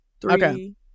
three